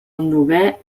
novè